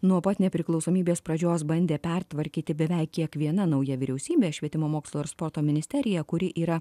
nuo pat nepriklausomybės pradžios bandė pertvarkyti beveik kiekviena nauja vyriausybė švietimo mokslo ir sporto ministerija kuri yra